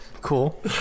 cool